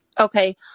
Okay